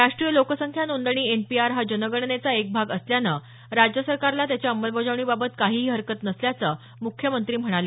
राष्ट्रीय लोकसंख्या नोंदणी एनपीआर हा जनगणनेचा एक भाग असल्यानं राज्य सरकारला त्याच्या अंमलबजावणीबाबत काहीही हरकत नसल्याचं मुख्यमंत्री म्हणाले